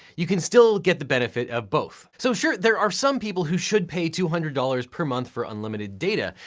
you can still get the benefit of both. so sure, there are some people who should pay two hundred dollars per month for unlimited data.